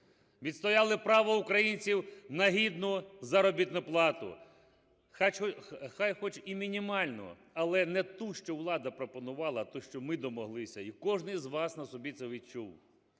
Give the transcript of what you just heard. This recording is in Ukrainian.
відстояли право українців на гідну заробітну плату, нехай хоч і мінімальну, але не ту, що влада пропонувала, а ту, що ми домоглися, і кожен з вас на собі це відчув.